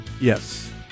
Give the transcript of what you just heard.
Yes